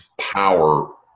power